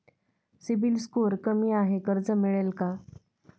CIBIL score कमी आहे कर्ज मिळेल का?